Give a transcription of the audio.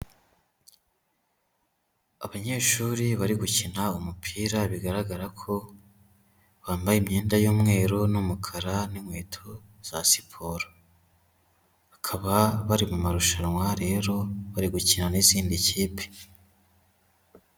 Abanyeshuri bari gukina umupira, bigaragara ko bambaye imyenda y'umweru n'umukara n'inkweto za siporo. Bakaba bari mu marushanwa, rero bari gukina n'izindi kipe.